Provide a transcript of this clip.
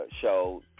show